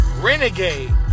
Renegade